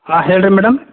ಹಾಂ ಹೇಳಿರಿ ಮೇಡಮ್